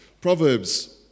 Proverbs